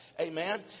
Amen